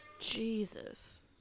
Jesus